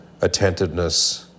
attentiveness